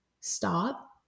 stop